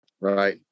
right